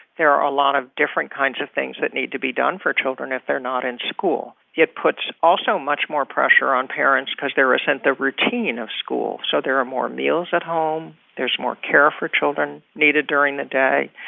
there are a lot of different kinds of things that need to be done for children if they're not in school. it puts, also, much more pressure on parents because there isn't the routine of school. so there are more meals at home. there's more care for children needed during the day.